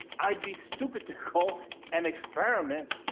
i'd be stupid to go and experiment,